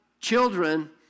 children